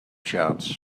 charts